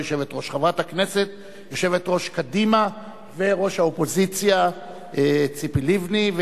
יושבת-ראש קדימה וראש האופוזיציה ציפי לבני,